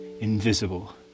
Invisible